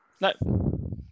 No